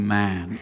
man